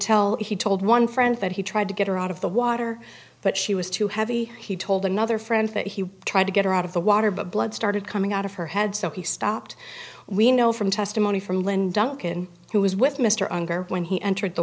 tell he told one friend that he tried to get her out of the water but she was too heavy he told another friend that he tried to get her out of the water but blood started coming out of her head so he stopped we know from testimony from lynn duncan who was with mr unger when he entered the